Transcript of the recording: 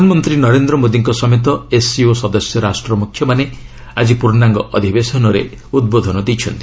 ପ୍ରଧାନମନ୍ତ୍ରୀ ନରେନ୍ଦ୍ର ମୋଦୀଙ୍କ ସମେତ ଏସ୍ସିଓ ସଦସ୍ୟ ରାଷ୍ଟ୍ର ମୁଖ୍ୟମାନେ ଆଜି ପୂର୍ଣ୍ଣାଙ୍ଗ ଅଧିବେଶନରେ ଉଦ୍ବୋଧନ ଦେଇଛନ୍ତି